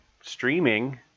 streaming